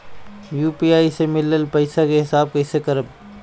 UPI से मिलल पईसा के हिसाब कइसे करब?